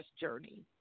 journey